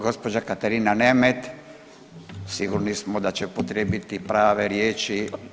Gospođa Katarina Nemet, sigurni smo da će upotrijebiti prave riječi.